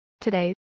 Today